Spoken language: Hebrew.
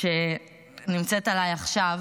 שנמצאת עליי עכשיו